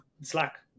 Slack